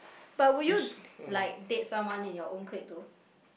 but will you like date someone in your own clique though